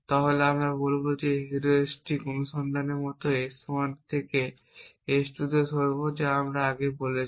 তাহলে আমি বলব যে আমি এই হিউরিস্টিক অনুসন্ধানের মতোই S 1 থেকে S 2 এ সরব যা আমরা আগে বলেছি